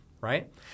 right